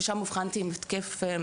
ששם אובחנתי עם התקף,